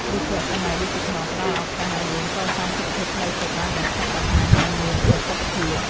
យុគសម័យឌីជីថលផ្តល់ឱកាសឱ្យយើងកសាងសុខភាពផ្លូវចិត្តបានយ៉ាងឆាប់រហ័ស និង មានប្រសិទ្ធភាព។